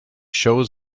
still